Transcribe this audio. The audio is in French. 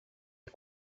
est